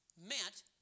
meant